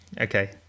Okay